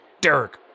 Derek